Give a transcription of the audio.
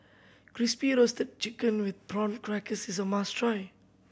Crispy Roasted Chicken with Prawn Crackers is a must try